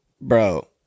bro